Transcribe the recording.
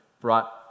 brought